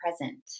present